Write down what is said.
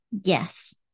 Yes